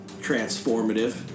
transformative